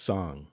Song